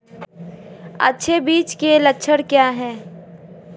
अच्छे बीज के लक्षण क्या हैं?